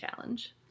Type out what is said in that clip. challenge